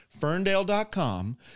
ferndale.com